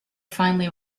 finally